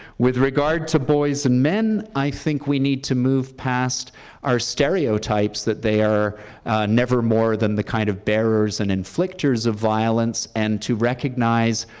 with regard to boys and men, i think we need to move past our stereotypes that they are never more than the kind of bearers and inflictors of violence and to recognize.